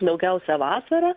daugiausia vasarą